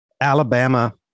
Alabama